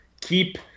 Keep